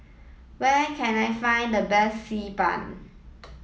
where can I find the best Xi Ban